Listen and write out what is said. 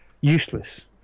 useless